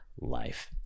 life